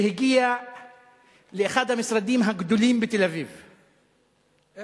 שהגיע לאחד המשרדים הגדולים בתל-אביב, איפה?